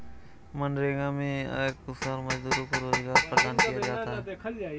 मनरेगा में अकुशल मजदूरों को रोजगार प्रदान किया जाता है